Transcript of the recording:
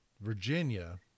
Virginia